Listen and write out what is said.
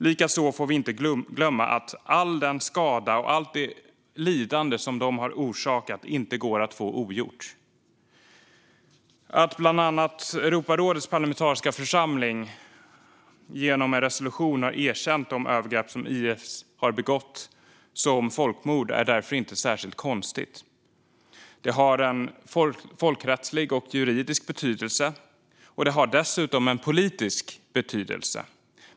Likaså får vi inte glömma att all den skada och allt det lidande som de har orsakat inte går att få ogjort. Att bland andra Europarådets parlamentariska församling genom en resolution har erkänt de övergrepp som IS har begått som folkmord är därför inte särskilt konstigt. Det har en folkrättslig och juridisk betydelse, och det har dessutom en politisk betydelse.